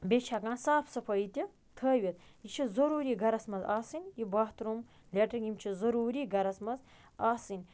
بیٚیہِ چھِ ہٮ۪کان صاف صفٲیی تہِ تھٲوِتھ یہِ چھِ ضٔروٗری گَرَس منٛز آسٕنۍ یہِ باتھروٗم لیٹریٖن یِم چھِ ضٔروٗری گَرَس منٛز آسٕنۍ